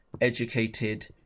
educated